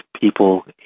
people